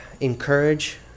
encourage